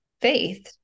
faith